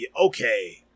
okay